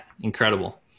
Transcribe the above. incredible